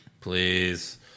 Please